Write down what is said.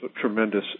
tremendous